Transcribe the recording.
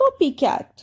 copycat